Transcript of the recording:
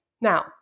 Now